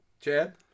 Chad